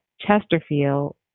chesterfield